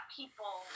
people